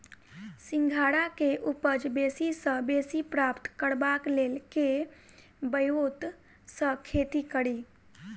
सिंघाड़ा केँ उपज बेसी सऽ बेसी प्राप्त करबाक लेल केँ ब्योंत सऽ खेती कड़ी?